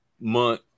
month